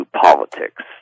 politics